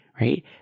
right